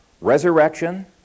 resurrection